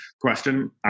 question